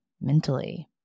mentally